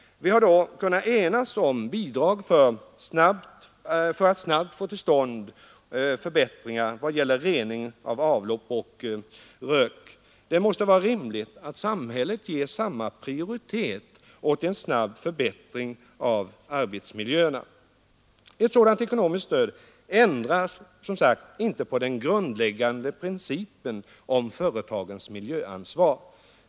Vi har då kunnat enas om bidrag för att snabbt få till stånd förbättringar när det gäller rening av avlopp och rök. Det måste vara rimligt att samhället ger samma prioritet åt en snabb förbättring av arbetsmiljöerna. Ett sådant ekonomiskt stöd ändrar inte den grundläggande principen om företagens miljöansvar.